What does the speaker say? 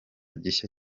gishya